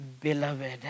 beloved